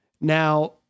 Now